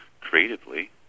creatively